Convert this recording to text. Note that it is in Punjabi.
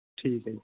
ਠੀਕ ਹੈ ਜੀ